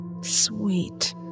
Sweet